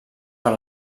per